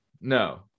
No